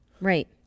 Right